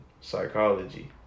psychology